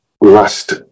last